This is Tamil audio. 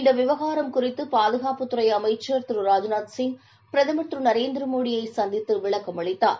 இந்த விவகாரம் குறிதது பாதுகாப்புத் துறை அமைச்சர் திருராஜ்நாத் சிங் பிரதமர் திருநரேந்திர மோடியை சந்தித்து விளக்கமளித்தார்